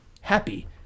happy